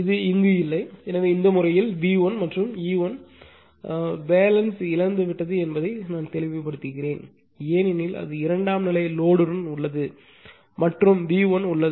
இது இங்கு இல்லை எனவே இந்த முறையில் V1 மற்றும் இ 1 பேலன்ஸ் இழந்து விட்டது என்பதை தெளிவுபடுத்துகிறேன் ஏனெனில் அது இரண்டாம் நிலை லோடுடன் உள்ளது மற்றும் V1 உள்ளது